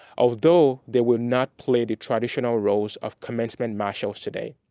although they will not play the traditional roles of commencement marshals today,